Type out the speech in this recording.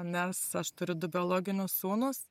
nes aš turiu du biologinius sūnus